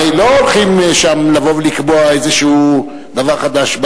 הרי לא הולכים שם לבוא ולקבוע איזה דבר חדש,